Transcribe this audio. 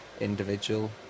individual